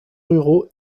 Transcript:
ruraux